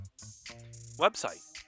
website